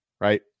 Right